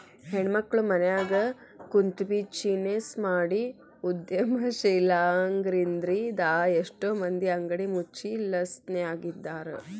ಹೆಣ್ಮಕ್ಳು ಮನ್ಯಗ ಕುಂತ್ಬಿಜಿನೆಸ್ ಮಾಡಿ ಉದ್ಯಮಶೇಲ್ರಾಗಿದ್ರಿಂದಾ ಎಷ್ಟೋ ಮಂದಿ ಅಂಗಡಿ ಮುಚ್ಚಿ ಲಾಸ್ನ್ಯಗಿದ್ದಾರ